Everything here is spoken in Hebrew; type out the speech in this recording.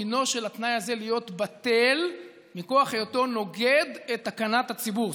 דינו של התנאי הזה להיות בטל מכוח היותו נוגד את תקנת הציבור,